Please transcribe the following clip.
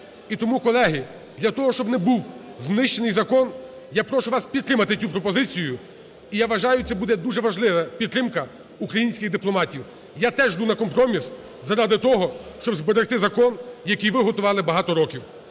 І тому, колеги, для того, щоб не був знищений закон, я прошу вас підтримати цю пропозицію, і я вважаю, це буде дуже важлива підтримка українських дипломатів. Я теж йду на компроміс заради того, щоб зберегти закон, який ви готували багато років.